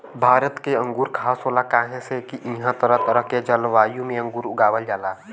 भारत के अंगूर खास होला काहे से की इहां तरह तरह के जलवायु में अंगूर उगावल जाला